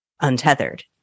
Untethered